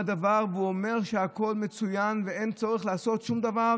והוא אומר שהכול מצוין ואין צורך לעשות שום דבר.